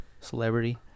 celebrity